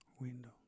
window